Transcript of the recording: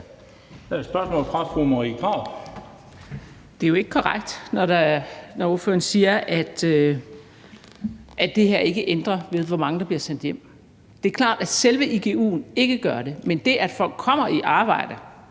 Det er jo ikke korrekt, når ordføreren siger, at det her ikke ændrer ved, hvor mange der bliver sendt hjem. Det er klart, at selve igu'en ikke gør det, men det, at folk kommer i arbejde,